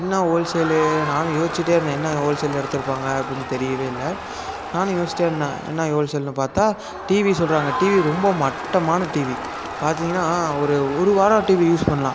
என்ன ஹோல்சேல்லு நானும் யோசிச்சிட்டே இருந்தேன் என்ன ஹோல்சேலில் எடுத்திருப்பாங்க அப்புடின்னு தெரியவே இல்லை நானும் யோசிச்சிட்டே இருந்தேன் என்ன ஹோல்சேல்லுன்னு பார்த்தா டிவி சொல்கிறாங்க டிவி ரொம்ப மட்டமான டிவி பார்த்திங்கன்னா ஒரு ஒரு வாரம் டிவி யூஸ் பண்ணலாம்